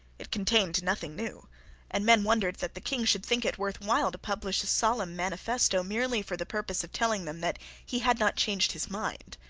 it contained nothing new and men wondered that the king should think it worth while to publish a solemn manifesto merely for the purpose of telling them that he had not changed his mind.